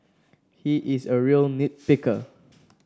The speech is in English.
he is a real nit picker